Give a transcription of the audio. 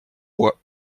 bois